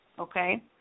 Okay